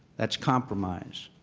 that's compromise.